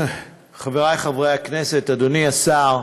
חברי חברי הכנסת, אדוני השר,